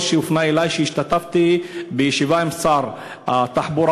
שהופנה אלי כשהשתתפתי בישיבה עם שר התחבורה